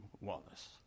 Wallace